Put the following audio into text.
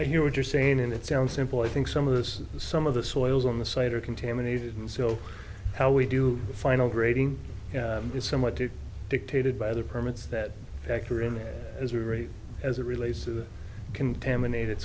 i hear what you're saying and it sounds simple i think some of this some of the soils on the site are contaminated and so how we do the final grading is somewhat to dictated by the permits that factor in as a rate as it relates to contaminated